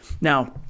Now